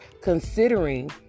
considering